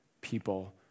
people